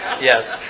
Yes